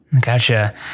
Gotcha